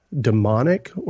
demonic